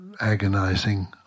agonizing